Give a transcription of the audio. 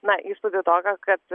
na įspūdį tokia kad